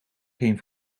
geen